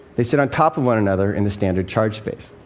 they sit on top of one another in the standard charge space.